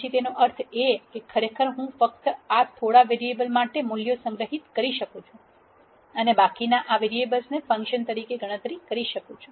પછી તેનો અર્થ એ કે ખરેખર હું ફક્ત આ થોડા વેરીએબલ માટે મૂલ્યો સંગ્રહિત કરી શકું છું અને બાકીના આ વેરીએબલ ને ફંક્શન તરીકે ગણતરી કરી શકું છું